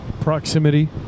proximity